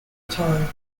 time